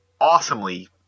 awesomely